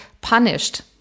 punished